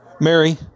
Mary